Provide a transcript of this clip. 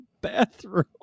bathroom